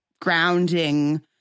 grounding